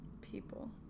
people